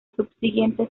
subsiguiente